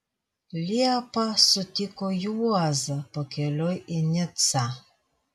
liepą sutiko juozą pakeliui į nicą